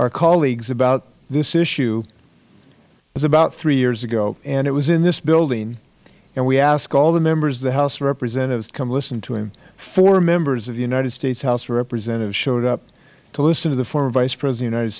our colleagues about this issue it was about three years ago and it was in this building and we asked all the members of the house of representatives to come listen to him four members of the united states house of representatives showed up to listen to the former vice president